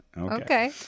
Okay